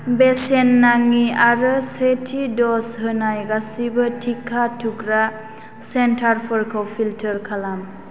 बेसेन नाङि आरो सेथि द'ज होनाय गासिबो टिका थुग्रा सेन्टारफोरखौ फिल्टार खालाम